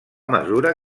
mesura